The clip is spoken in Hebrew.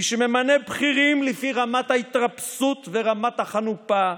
מי שממנה בכירים לפי רמת ההתרפסות ורמת החנופה,